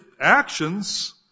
actions